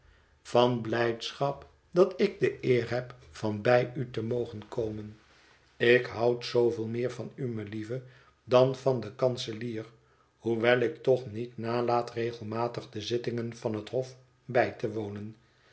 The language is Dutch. van blijdschap dat ik de eer heb van bij u te mogen komen ik houd zooveel meer van u melieve dan van den kanselier hoewel ik toch niet nalaat regelmatig de zittingen van het hof bij te wonen